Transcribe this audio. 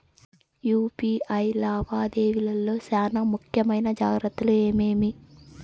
UPI లావాదేవీల లో చానా ముఖ్యమైన జాగ్రత్తలు ఏమేమి?